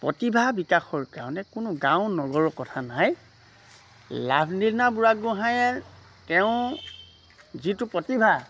প্ৰতিভা বিকাশৰ কাৰণে কোনো গাঁও নগৰৰ কথা নাই লাভলীনা বুঢ়াগোঁহায়ে তেওঁৰ যিটো প্ৰতিভা